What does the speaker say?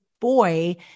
boy